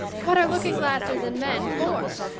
what are looking glasses and men for?